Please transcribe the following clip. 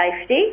safety